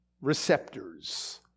receptors